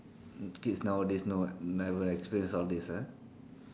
kids nowadays no what never experience all this ah